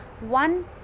one